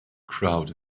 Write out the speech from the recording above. crowd